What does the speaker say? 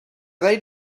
they